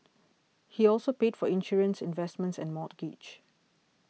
he also pays for insurance investments and mortgage